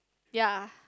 ya